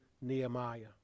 Nehemiah